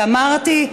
ואמרתי,